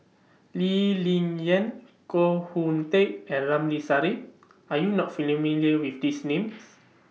Lee Ling Yen Koh Hoon Teck and Ramli Sarip Are YOU not with These Names